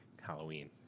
Halloween